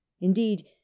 indeed